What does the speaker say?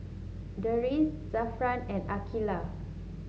Deris Zafran and Aqeelah